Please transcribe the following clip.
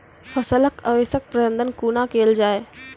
फसलक अवशेषक प्रबंधन कूना केल जाये?